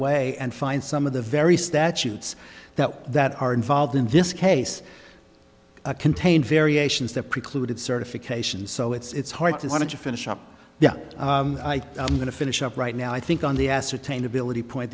way and find some of the very statutes now that are involved in this case contain variations that precluded certification so it's hard to want to finish up yeah i'm going to finish up right now i think on the ascertain ability point